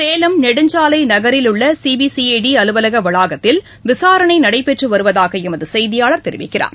சேலம் நெடுஞ்சாலை நகரில் உள்ள சிபிசிஐடி அலுவலக வளாகத்தில் விசாரணை நடைபெற்று வருவதாக எமது செய்தியாளர் தெரிவிக்கிறார்